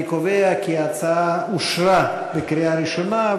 אני קובע כי ההצעה אושרה בקריאה ראשונה,